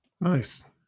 Nice